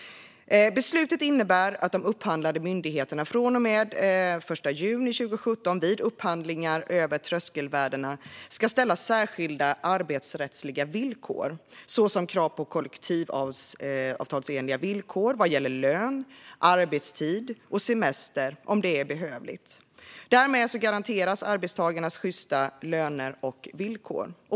Beslutet innebär att de upphandlande myndigheterna från och med den 1 juni 2017 vid upphandlingar över tröskelvärdena ska ställa särskilda arbetsrättsliga krav, såsom krav på kollektivavtalsenliga villkor vad gäller lön, arbetstid och semester, om det är behövligt. Därmed garanteras arbetstagarna sjysta löner och villkor.